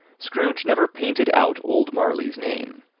scrooge never painted out old marley's name.